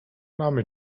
mamy